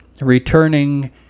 returning